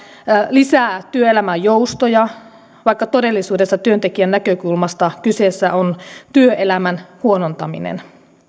lisää työelämän joustoja vaikka todellisuudessa työntekijän näkökulmasta kyseessä on työelämän huonontaminen